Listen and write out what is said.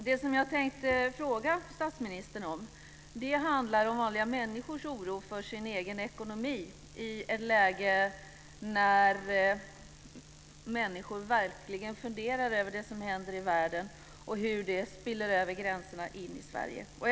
Det som jag tänkte fråga statsministern om handlar om vanliga människors oro för sin egen ekonomi i ett läge när människor verkligen funderar över det som händer i världen och hur det spiller över gränserna in i Sverige.